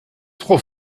trop